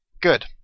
Good